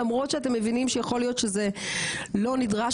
למרות שאתם מבינים שיכול להיות שזה לא נדרש,